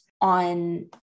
on